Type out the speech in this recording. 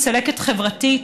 צלקת חברתית.